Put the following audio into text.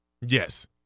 Yes